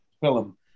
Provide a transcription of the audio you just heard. film